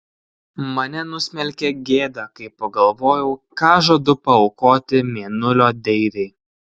mane nusmelkė gėda kai pagalvojau ką žadu paaukoti mėnulio deivei